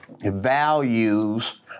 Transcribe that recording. Values